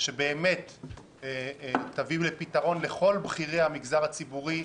שתביא פתרון לכל בכירי המגזר הציבורי,